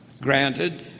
granted